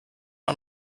han